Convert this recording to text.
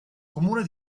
comune